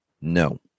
no